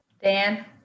Dan